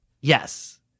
yes